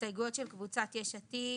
הסתייגויות של קבוצת יש עתיד,